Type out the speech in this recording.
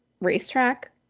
racetrack